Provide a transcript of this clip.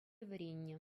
вӗреннӗ